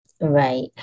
Right